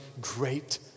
great